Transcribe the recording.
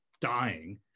dying